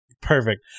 Perfect